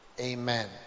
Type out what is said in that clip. Amen